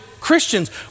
Christians